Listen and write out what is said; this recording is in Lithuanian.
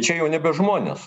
čia jau nebe žmonės